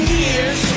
years